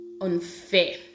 unfair